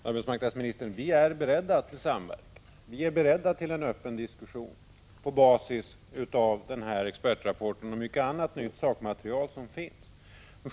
Fru talman! Vi är beredda till samverkan, arbetsmarknadsministern, och till en öppen diskussion på basis av denna expertrapport och mycket annat nytt sakmaterial som finns.